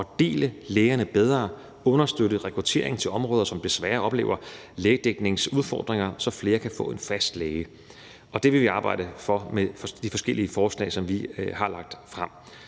fordele lægerne bedre og understøtte rekrutteringen til områder, som desværre oplever lægedækningsudfordringer, så flere kan få en fast læge. Det vil vi arbejde for med de forskellige forslag, som vi har lagt frem.